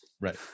Right